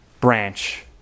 branch